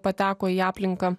pateko į aplinką